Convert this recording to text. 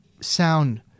sound